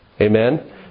Amen